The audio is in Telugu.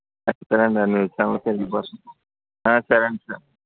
సరేనండి ఆ న్యూస్ ఛానెల్కు తెలియడం కోసం సరేనండి